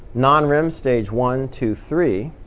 non-rem stage one, two, three.